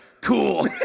cool